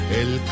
el